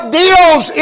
deals